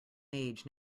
age